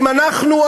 אם אנחנו,